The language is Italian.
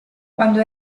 quando